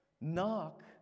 Knock